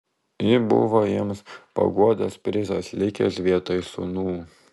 ji buvo jiems paguodos prizas likęs vietoj sūnų